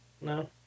No